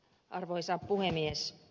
arvoisa puhemies